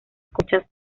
conchas